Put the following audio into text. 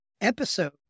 episode